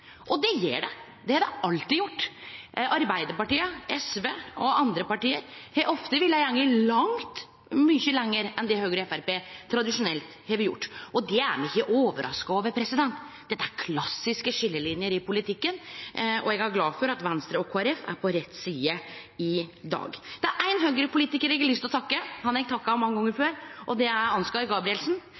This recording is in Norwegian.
Det gjer han, det har han alltid gjort. Arbeidarpartiet, SV og andre parti har ofte villa gå veldig mykje lenger enn det Høgre og Framstegspartiet tradisjonelt har gjort. Det er me ikkje overraska over. Dette er klassiske skiljelinjer i politikken, og eg er glad for at Venstre og Kristeleg Folkeparti er på rett side i dag. Det er ein Høgre-politikar eg har lyst å takke – han har eg takka mange gonger før – og det er Ansgar Gabrielsen.